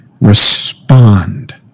respond